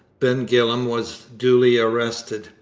ben gillam was duly arrested.